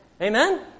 Amen